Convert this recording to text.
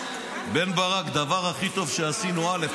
בן ברק, הדבר הכי טוב שעשינו, א.